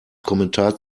kommentar